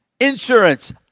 Insurance